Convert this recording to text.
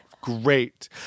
Great